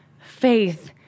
faith